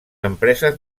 empreses